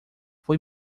foi